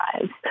lives